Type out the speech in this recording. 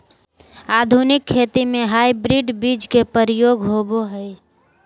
आधुनिक खेती में हाइब्रिड बीज के प्रयोग होबो हइ